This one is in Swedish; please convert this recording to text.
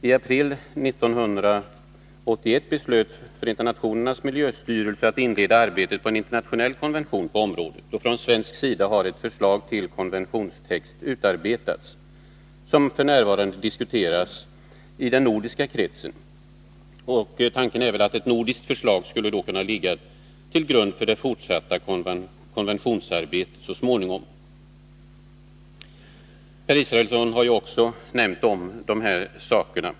I april 1981 beslöt FN:s miljöstyrelse att inleda arbetet med en internationell konvention på området. Från svensk sida har ett förslag till konventionstext utarbetats, som f.n. diskuteras i den nordiska kretsen. Tanken är då att ett nordiskt förslag så småningom skulle kunna ligga till grund för det fortsatta konventionsarbetet. Per Israelsson har också nämnt de här sakerna.